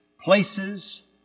places